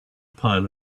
pile